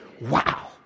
wow